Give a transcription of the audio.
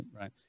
right